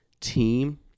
team